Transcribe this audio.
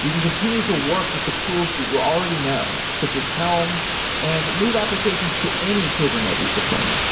you can continue to work with the tools that you already know, so just helm and move applications to any kubernetes deployment